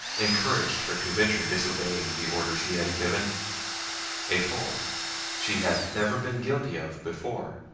encouraged her to venture disobeying the orders he had given a fault she had never been guilty of before.